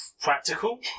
practical